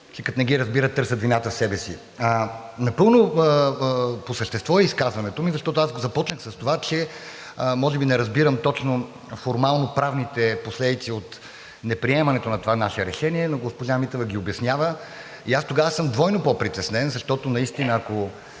че като не ги разбират, търсят вината в себе си. Напълно по същество е изказването ми, защото аз го започнах с това, че може би, не разбирам точно формално правните последици от неприемането на това наше решение, но госпожа Митева ги обяснява и аз тогава съм двойно по-притеснен, защото наистина,